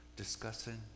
discussing